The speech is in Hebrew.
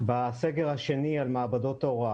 בסגר השני על מעבדות ההוראה.